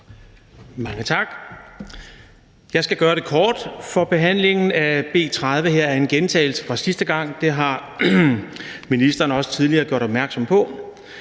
Mange tak. Jeg skal gøre det kort, for behandlingen af B 30 her er en gentagelse fra sidste gang; det har ministeren også tidligere gjort opmærksom på.